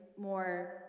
more